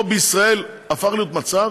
פה בישראל הפך להיות מצב